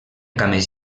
cames